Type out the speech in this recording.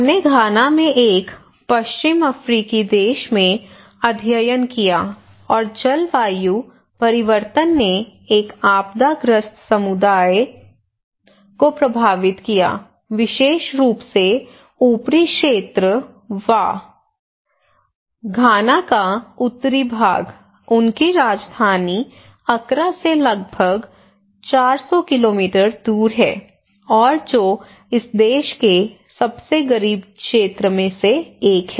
हमने घाना में एक पश्चिम अफ्रीकी देश में अध्ययन किया और जलवायु परिवर्तन ने एक आपदा ग्रस्त समुदाय को प्रभावित किया विशेष रूप से ऊपरी क्षेत्र वा घाना का उत्तरी भाग उनकी राजधानी अकरा से लगभग चार सौ किलोमीटर दूर है और जो इस देश के सबसे गरीब क्षेत्र में से एक है